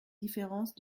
différence